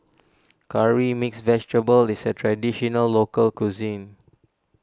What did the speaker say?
Curry Mixed Vegetable is a Traditional Local Cuisine